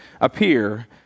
appear